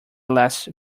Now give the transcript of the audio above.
last